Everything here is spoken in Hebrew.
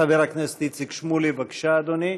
חבר הכנסת איציק שמולי, בבקשה, אדוני.